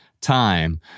time